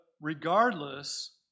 regardless